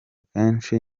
kenshi